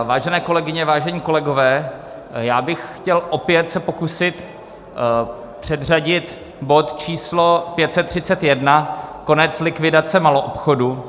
Vážené kolegyně, vážení kolegové, já bych chtěl opět se pokusit předřadit bod číslo 531 konec likvidace maloobchodu.